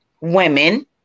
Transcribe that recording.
women